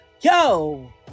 Yo